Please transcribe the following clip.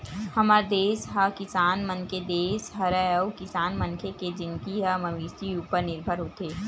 हमर देस ह किसान मन के देस हरय अउ किसान मनखे के जिनगी ह मवेशी उपर निरभर होथे